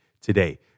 today